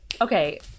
Okay